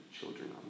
children